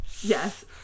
yes